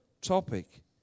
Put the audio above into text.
topic